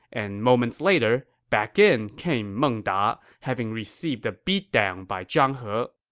and moments later, back in came meng da, having received a beatdown by zhang he.